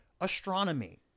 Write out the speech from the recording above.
astronomy